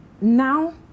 Now